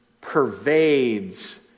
pervades